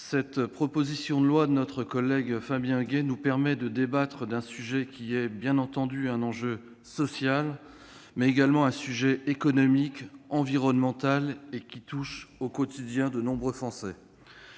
la proposition de loi de notre collègue Fabien Gay nous permet de débattre d'un sujet qui représente, bien entendu, un enjeu social, mais n'en est pas moins un sujet économique et environnemental qui touche au quotidien de nombreux Français.